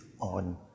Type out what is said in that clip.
on